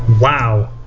Wow